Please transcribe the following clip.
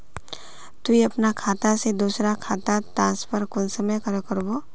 तुई अपना खाता से दूसरा खातात ट्रांसफर कुंसम करे करबो?